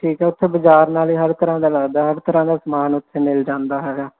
ਠੀਕ ਹੈ ਉੱਥੇ ਬਾਜ਼ਾਰ ਨਾਲੇ ਹਰ ਤਰ੍ਹਾਂ ਦਾ ਲੱਗਦਾ ਹਰ ਤਰ੍ਹਾਂ ਦਾ ਸਮਾਨ ਉੱਥੇ ਮਿਲ ਜਾਂਦਾ ਹੈਗਾ